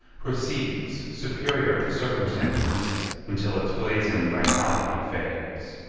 proceeds superior to circumstances until its blazing vitality fades.